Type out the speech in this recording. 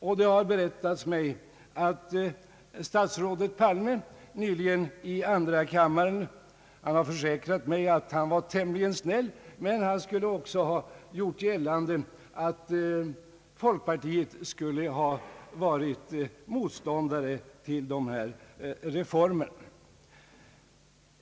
Det har också berättats mig att statsrådet Palme nyligen i andra kammaren — han har försäkrat mig att han var tämligen snäll — skulle ha gjort gällande att folkpartiet varit motståndare till dessa reformer.